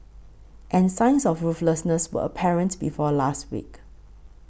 and signs of ruthlessness were apparent before last week